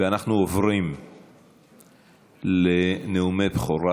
אנחנו עוברים לנאומי בכורה